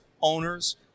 owners